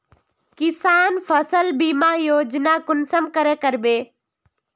किसान फसल बीमा योजना कुंसम करे करबे?